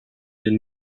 den